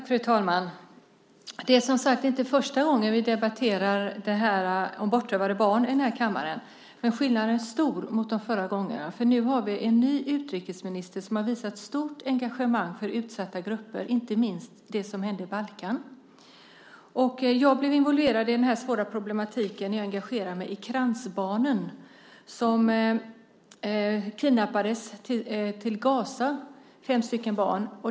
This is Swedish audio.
Fru talman! Det är som sagt inte första gången vi debatterar bortrövade barn i den här kammaren. Skillnaden är dock stor mot de förra gångerna. Nu har vi en ny utrikesminister som har visat stort engagemang för utsatta grupper, inte minst i samband med det som hände på Balkan. Jag blev involverad i denna svåra problematik när jag engagerade mig i de fem Krantzbarnen som kidnappades till Gaza.